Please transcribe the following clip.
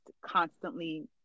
constantly